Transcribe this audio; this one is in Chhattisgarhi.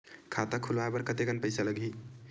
खाता खुलवाय बर कतेकन पईसा लगही?